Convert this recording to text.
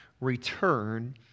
return